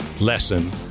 lesson